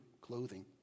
clothing